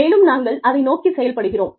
மேலும் நாங்கள் அதை நோக்கிச் செயல்படுகிறோம்